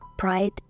pride